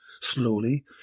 Slowly